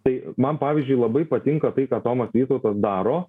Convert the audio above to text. tai man pavyzdžiui labai patinka tai ką tomas vytautas daro